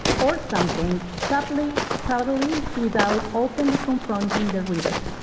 or something subtly subtly without openly confronting the reader.